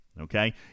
okay